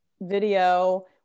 video